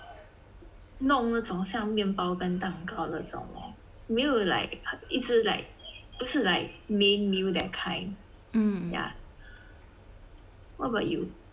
弄那种像面包跟蛋糕那种 lor 没有 like 一直 like 不是 like main meal that kind yeah what about you